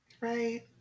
Right